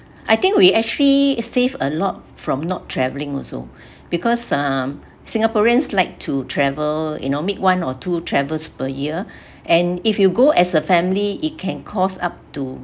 I think we actually save a lot from not traveling also because um singaporeans like to travel you know make one or two travels per year and if you go as a family it can cost up to